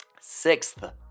Sixth